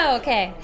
okay